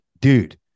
dude